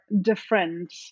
different